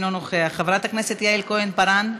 אינו נוכח, חברת הכנסת יעל כהן-פארן,